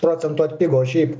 procento atpigo o šiaip